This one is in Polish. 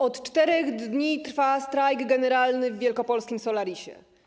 Od 4 dni trwa strajk generalny w wielkopolskim Solarisie.